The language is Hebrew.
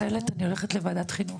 אני מתנצלת, אני הולכת לוועדת חינוך.